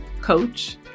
coach